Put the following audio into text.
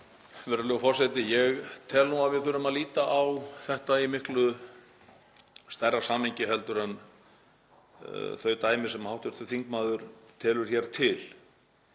Virðulegur forseti. Ég tel að við þurfum að líta á þetta í miklu stærra samhengi heldur en þau dæmi sem hv. þingmaður telur hér til.